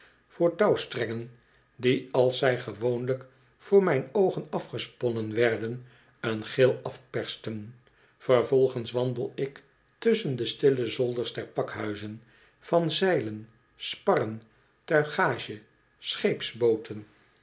voor touwstrengen die als zij gewoonlijk voor mijne oogen afgesponnen werden een gil afpersten vervolgens wandel ik tusschen de stille zolders der pakhuizen van zeilen sparren tuigage